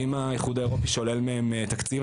ואם האיחוד האירופי שולל מהם תקציב,